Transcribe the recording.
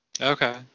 Okay